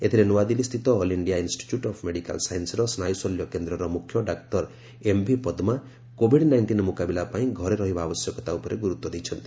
ଏଥିରେ ନୂଆଦିଲ୍ଲାସ୍ଥିତ all India institute of medical ସାଇନ୍ସର ସ୍ନାୟୁଶଲ୍ୟ କେନ୍ଦ୍ରର ମୁଖ୍ୟ doctor M V Padma COVID nineteen ମୁକାବିଲା ପାଇଁ ଘରେ ରହିବା ଆବଶ୍ୟକତା ଉପରେ ଗୁରୁତ୍ୱ ଦେଇଛନ୍ତି